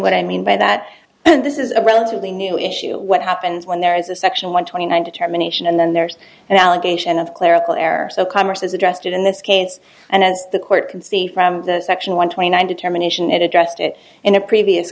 what i mean by that and this is a relatively new issue what happens when there is a section one twenty nine determination and then there's an allegation of clerical error so commerce is addressed in this case and it's the court can see from that section one twenty nine to terminations had addressed it in a previous